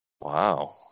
Wow